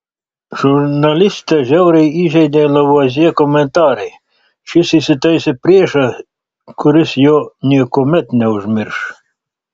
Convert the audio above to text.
žurnalistą žiauriai įžeidė lavuazjė komentarai šis įsitaisė priešą kuris jo niekuomet neužmirš